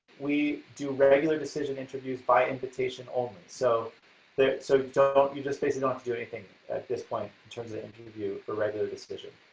we do regular decision interviews by invitation only, so there so you don't you just basically don't do anything at this point in terms of interview for regular decision.